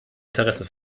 interesse